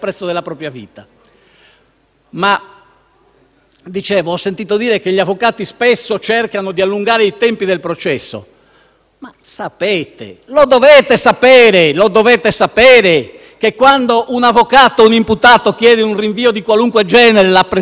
vita. Ho sentito dire che gli avvocati spesso cercano di allungare i tempi del processo. Ma voi sapete, lo dovete sapere, che, quando un avvocato o un imputato chiedono un rinvio di qualunque genere, la prescrizione si sospende